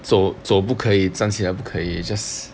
so so 不可以站起来不可以 just